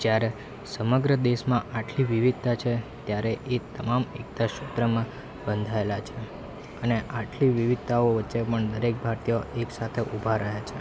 જ્યારે સમગ્ર દેશમાં આટલી વિવિધતા છે ત્યારે એ તમામ એકતા સૂત્રમાં બંધાએલા છે અને આટલી વિવિધતાઓ વચ્ચે પણ દરેક ભારતીય એકસાથે ઊભા રહે છે